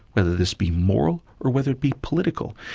whether this be moral or whether it be political.